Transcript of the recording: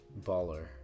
Baller